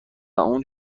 اون